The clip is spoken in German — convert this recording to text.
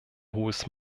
hohes